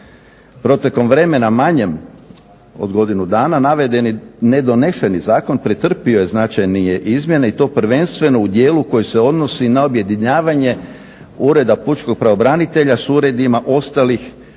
Protekom vremena manjem od godinu dana navedeni ne donešeni zakon pretrpio je značajnije izmjene i to prvenstveno u dijelu koji se odnosi na objedinjavanje Ureda pučkog pravobranitelja s uredima ostalih